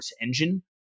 engine